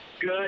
Good